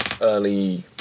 early